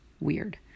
weird